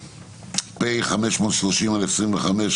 פ/530/25,